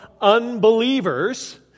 unbelievers